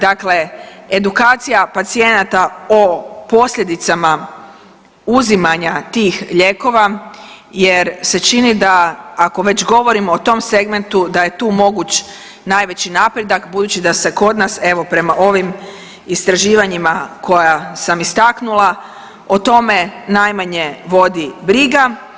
Dakle, edukacija pacijenata o posljedicama uzimanja tih lijekova jer se čini da ako već govorimo o tom segmentu da je tu moguć najveći napredak budući da se kod nas evo prema ovim istraživanjima koja sam istaknula o tome najmanje vodi briga.